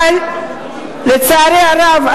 אבל לצערי הרב,